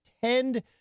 tend